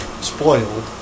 spoiled